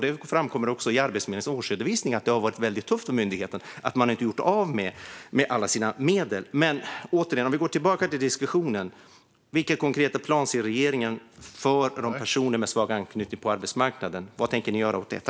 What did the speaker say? Det framkommer också i Arbetsförmedlingens årsredovisning att det har varit väldigt tufft för myndigheten att man inte gjort av med alla sina medel. Men låt oss gå tillbaka till diskussionen. Vilken konkret plan ser regeringen för de personer som har svag anknytning till arbetsmarknaden? Vad tänker ni göra för dem?